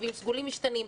תווים סגולים משתנים,